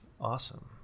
Awesome